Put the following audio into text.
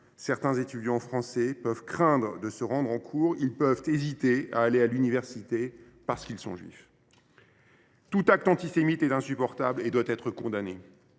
certains étudiants français peuvent craindre de se rendre en cours. Ils peuvent hésiter à aller à l’université, parce qu’ils sont juifs. Tout acte antisémite est insupportable et doit être condamné.